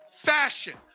fashion